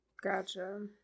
Gotcha